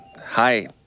Hi